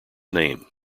name